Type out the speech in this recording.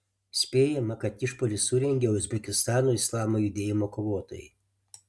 spėjama kad išpuolį surengė uzbekistano islamo judėjimo kovotojai